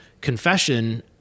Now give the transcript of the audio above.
confession